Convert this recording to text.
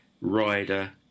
rider